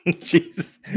Jesus